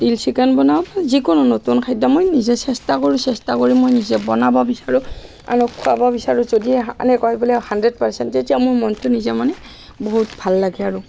তিল চিকেন বনাওঁ বা যিকোনো নতুন খাদ্য মই নিজে চেষ্টা কৰোঁ চেষ্টা কৰি মই নিজে বনাব বিচাৰোঁ আনক খুৱাব বিচাৰোঁ যদিহে আনে কয় বোলে হানড্ৰেড পাৰ্চেণ্ট তেতিয়া মোৰ মনতো নিজে মানে বহুত ভাল লাগে আৰু